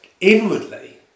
inwardly